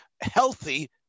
healthy